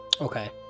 Okay